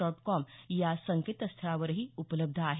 dot com या संकेतस्थळावरही उपलब्ध आहे